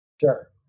Sure